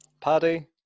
Paddy